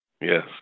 Yes